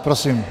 Prosím.